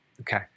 Okay